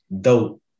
dope